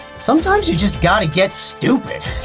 sometimes you just, gotta get stupid.